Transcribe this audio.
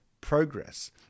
progress